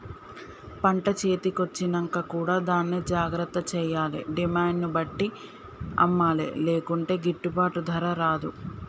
పంట చేతి కొచ్చినంక కూడా దాన్ని జాగ్రత్త చేయాలే డిమాండ్ ను బట్టి అమ్మలే లేకుంటే గిట్టుబాటు ధర రాదు